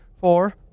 Four